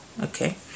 okay